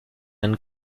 han